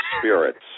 spirits